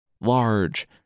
Large